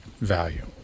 value